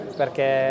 perché